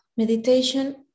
Meditation